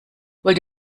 wollt